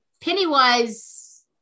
Pennywise